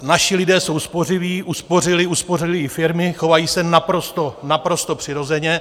Naši lidé jsou spořiví, uspořili, uspořily i firmy, chovají se naprosto přirozeně.